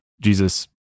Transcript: Jesus